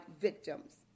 victims